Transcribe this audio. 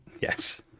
yes